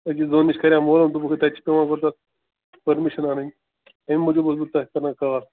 أکِس دۄن نِش کریو معلوم دوپُکھ ہے تَتہِ چہِ پٮ۪وان پٔرمِشن انٕنۍ اَمہِ موٗجوٗب اوسُس بہٕ تۄہہِ کَران کال